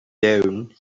don